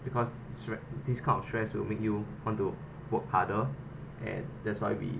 because stress this kind of stress will make you want to work harder and that's why we